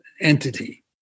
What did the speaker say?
entity